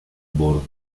borgo